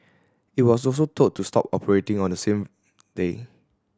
it was also told to stop operating on the same day